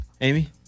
Amy